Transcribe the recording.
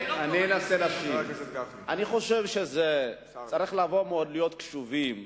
אני חושב שצריך להיות קשובים.